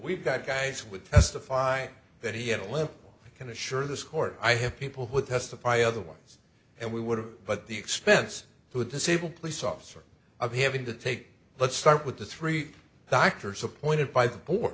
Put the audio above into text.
we've got guys would testify that he had a limp i can assure this court i have people who would testify other ones and we would have but the expense to disable police officer of having to take let's start with the three doctors appointed by the